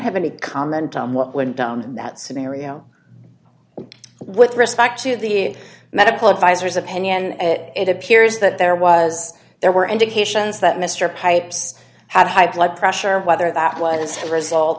have any comment on what went down in that scenario with respect to the medical advisors opinion it appears that there was there were indications that mr pipes had high blood pressure whether that was the result